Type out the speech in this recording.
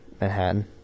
Manhattan